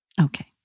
okay